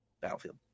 Battlefield